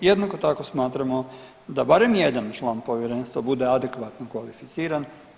Jednako tako smatramo da barem jedan član povjerenstva bude adekvatno kvalificiran.